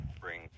bring